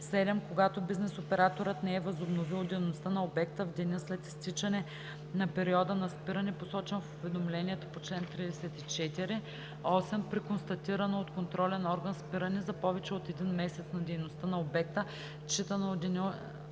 7. когато бизнес операторът не е възобновил дейността на обекта в деня след изтичане на периода на спиране, посочен в уведомлението по чл. 34; 8. при констатирано от контролен орган спиране за повече от един месец на дейността на обекта, считано от деня